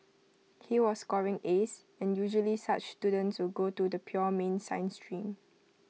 he was scoring as and usually such students will go to the pure mean science stream